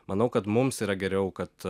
manau kad mums yra geriau kad